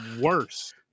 worse